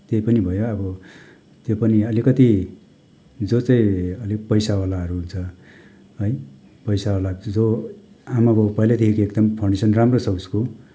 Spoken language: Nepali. त्यही पनि भयो अब त्यो पनि अलिकति जो चाहिँ अलिक पैसावालाहरू छ है पैसावाला जो आमाबाबा पहिल्यैदेखि एकदम फाउन्डेसन राम्रो छ उसको